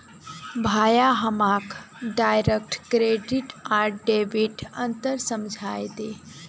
भाया हमाक direct credit आर डेबिटत अंतर समझइ दे